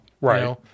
Right